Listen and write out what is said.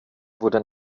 wurde